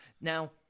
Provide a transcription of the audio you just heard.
Now